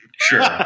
Sure